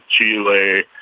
Chile